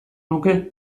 nuke